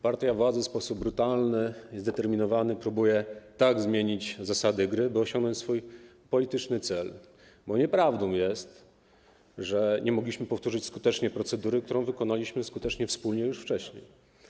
Partia władzy w sposób brutalny i zdeterminowany próbuje tak zmienić zasady gry, by osiągnąć swój polityczny cel, bo nieprawdą jest, że nie mogliśmy powtórzyć skutecznie procedury, którą skutecznie wykonaliśmy wspólnie już wcześniej.